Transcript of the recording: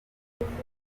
itorero